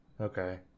Okay